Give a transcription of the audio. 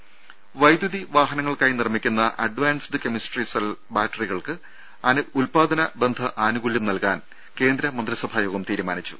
ദേദ വൈദ്യുതി വാഹനങ്ങൾക്കായി നിർമിക്കുന്ന അഡ്വാൻസ്ഡ് കെമിസ്ട്രി സെൽ ബാറ്ററികൾക്ക് ഉൽപാദനബന്ധ ആനുകൂല്യം നൽകാൻ കേന്ദ്രമന്ത്രിസഭായോഗം തീരുമാനിച്ചു